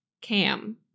cam